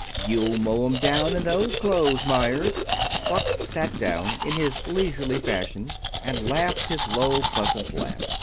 you'll mow em down in those clothes, meyers buck sat down in his leisurely fashion and laughed his low, pleasant laugh.